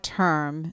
term